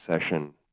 session